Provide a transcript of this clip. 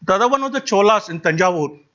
but other one was the cholas in thanjavur,